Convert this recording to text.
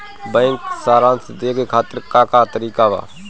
Bank सराश देखे खातिर का का तरीका बा?